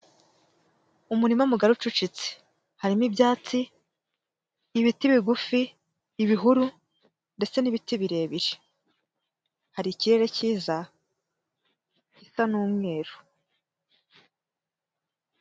Umurima mugari ucucitse, harimo ibyatsi, ibiti bigufi, ibihuru, ndetse n'ibiti birebire, hari ikirere kiza gisa n'umweru.